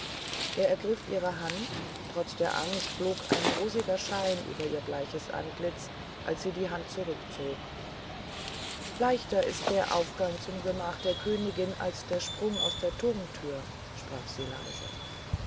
er ergriff ihre hand trotz der angst flog ein rosiger schein über ihr bleiches antlitz als sie die hand zurückzog leichter ist der aufgang zum gemach der königin als der sprung aus der turmtür sprach sie leise